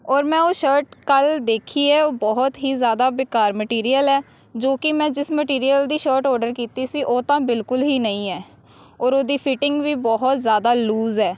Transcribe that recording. ਔਰ ਮੈਂ ਉਹ ਸ਼ਰਟ ਕੱਲ੍ਹ ਦੇਖੀ ਹੈ ਉਹ ਬਹੁਤ ਹੀ ਜ਼ਿਆਦਾ ਬੇਕਾਰ ਮਟੀਰੀਅਲ ਹੈ ਜੋ ਕਿ ਮੈਂ ਜਿਸ ਮਟੀਰੀਅਲ ਦੀ ਸ਼ਰਟ ਔਡਰ ਕੀਤੀ ਸੀ ਉਹ ਤਾਂ ਬਿਲਕੁਲ ਹੀ ਨਹੀਂ ਹੈ ਔਰ ਉਹਦੀ ਫੀਟਿੰਗ ਵੀ ਬਹੁਤ ਜ਼ਿਆਦਾ ਲੂਜ ਹੈ